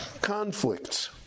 conflicts